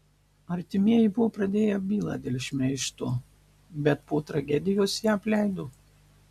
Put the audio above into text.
artimieji buvo pradėję bylą dėl šmeižto bet po tragedijos ją apleido